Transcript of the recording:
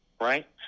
Right